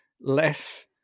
less